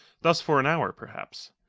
thus for an hour, perhaps.